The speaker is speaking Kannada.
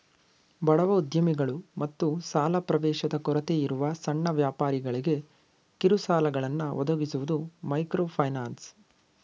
ಬಡವ ಉದ್ಯಮಿಗಳು ಮತ್ತು ಸಾಲ ಪ್ರವೇಶದ ಕೊರತೆಯಿರುವ ಸಣ್ಣ ವ್ಯಾಪಾರಿಗಳ್ಗೆ ಕಿರುಸಾಲಗಳನ್ನ ಒದಗಿಸುವುದು ಮೈಕ್ರೋಫೈನಾನ್ಸ್